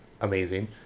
amazing